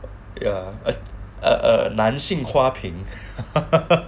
err err err 男性花瓶